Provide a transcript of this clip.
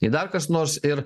nei dar kas nors ir